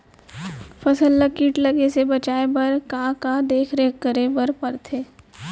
फसल ला किट लगे से बचाए बर, का का देखरेख करे बर परथे?